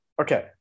Okay